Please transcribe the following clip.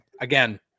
again